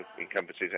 encompasses